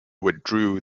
withdrew